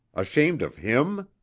ashamed of him?